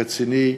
רציני,